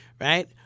right